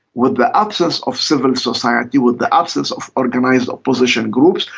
with the absence of civil society, with the absence of organised opposition groups,